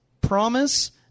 promise